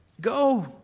Go